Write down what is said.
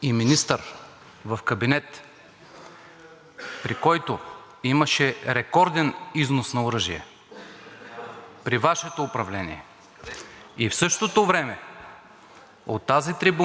АЛЕКСАНДЪР НИКОЛОВ: И в същото време от тази трибуна Вие твърдите, че днес сте партия на мира и сте против всякакъв износ на оръжие!